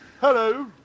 Hello